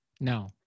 No